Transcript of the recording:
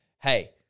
Hey